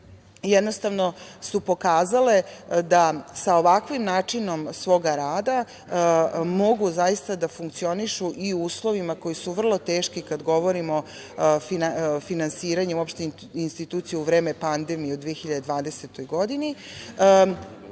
jednostavno su pokazale da sa ovakvim načinom svoga rada mogu zaista da funkcionišu i u uslovima koji su vrlo teški kada govorimo o finansiranju uopšte institucija u vreme pandemije u 2020. godini.